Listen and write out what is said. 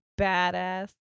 badass